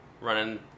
Running